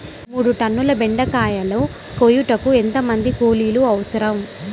మూడు టన్నుల బెండకాయలు కోయుటకు ఎంత మంది కూలీలు అవసరం?